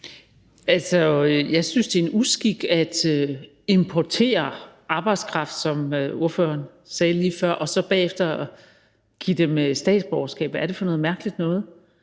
Jeg synes, det er en uskik at importere arbejdskraft, som ordføreren sagde lige før, og så bagefter give dem statsborgerskab. Hvad er det for noget mærkeligt noget?